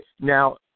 Now